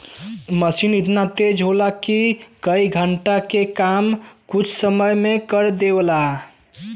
मसीन एतना तेज होला कि कई घण्टे के काम कुछ समय मे कर देवला